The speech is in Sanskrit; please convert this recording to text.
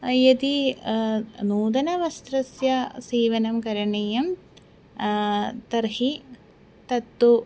यदि नूतनवस्त्रस्य सीवनं करणीयं तर्हि तत्तु